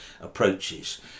approaches